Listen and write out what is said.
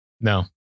No